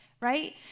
right